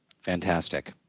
fantastic